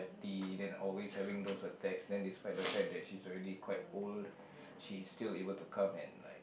the then always having those attacks then despite the fact that she's already quite old she is still able to come and like